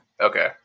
Okay